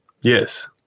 Yes